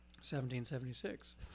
1776